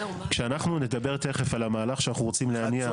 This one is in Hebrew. כשאנחנו נדבר תיכף על המהלך שאנחנו רוצים להניע,